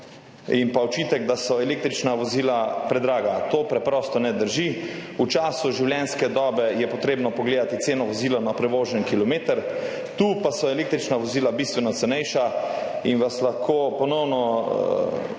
in pa očitek, da so električna vozila predraga. To preprosto ne drži, v času življenjske dobe je treba pogledati ceno vozila na prevožen kilometer, tu pa so električna vozila bistveno cenejša in vam lahko ponovno